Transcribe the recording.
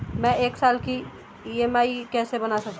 मैं एक साल की ई.एम.आई कैसे बना सकती हूँ?